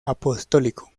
apostólico